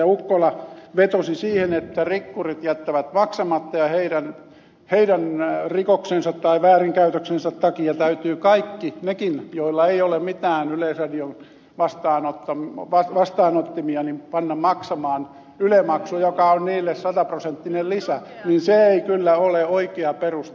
ukkola vetosi siihen että rikkurit jättävät maksamatta ja heidän rikoksensa tai väärinkäytöksensä takia täytyy kaikki nekin joilla ei ole mitään yleisradion vastaanottimia panna maksamaan yle maksu joka on heille sataprosenttinen lisä niin se ei kyllä ole oikea peruste